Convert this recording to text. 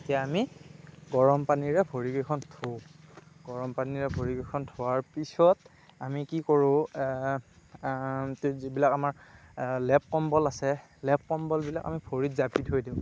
তেতিয়া আমি গৰমপানীৰে ভৰিকেইখন ধোওঁ গৰম পানীৰে ভৰিকেইখন ধোৱাৰ পিছত আমি কি কৰোঁ যিবিলাক আমাৰ লেপ কম্বল আছে লেপ কম্বলবিলাক আমি ভৰিত জাপি থৈ দিওঁ